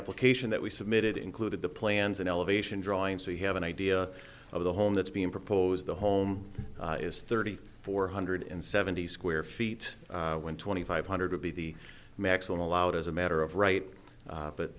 application that we submitted included the plans and elevation drawings so we have an idea of the home that's being proposed the home is thirty four hundred and seventy square feet when twenty five hundred would be the maximum allowed as a matter of right